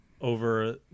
over